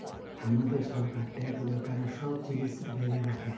হামাদের সরকার ট্যাক্স ব্যাপারে সব জিলিস ব্যলে রাখে